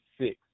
six